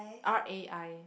R_A_I